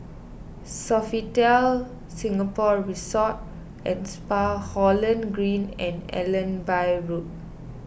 Sofitel Singapore Resort and Spa Holland Green and Allenby Road